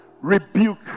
rebuke